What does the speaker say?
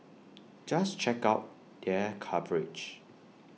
just check out their coverage